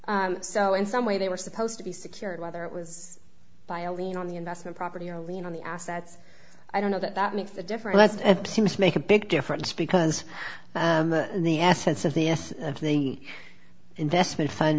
fund so in some way they were supposed to be secured whether it was by a lien on the investment property or a lien on the assets i don't know that that makes a difference as it seems to make a big difference because the assets of the of the investment fund